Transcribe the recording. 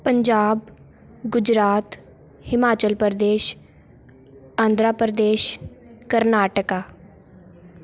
Punjab Gujarat Himachal Pradesh Andhra Pradesh Karnataka